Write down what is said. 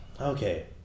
Okay